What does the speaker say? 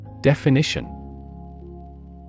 Definition